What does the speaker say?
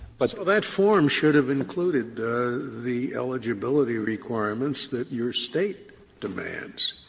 but so that form should have included the eligibility requirements that your state demands.